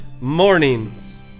mornings